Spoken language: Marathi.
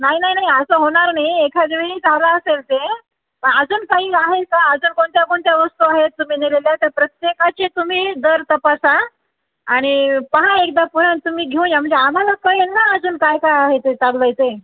नाही नाही नाही असं होणार नाही एखादवेळी झालं असेल ते पण अजून काही आहे का अजून कोणत्या कोणत्या वस्तू आहेत तुम्ही नेलेल्या त्या प्रत्येकाचे तुम्ही दर तपासा आणि पाहा एकदा परत तुम्ही घेऊन या म्हणजे आम्हाला कळेल ना अजून काय काय आहे ते चालवायचे